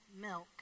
milk